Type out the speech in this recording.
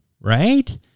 right